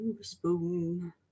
spoon